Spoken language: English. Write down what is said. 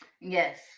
Yes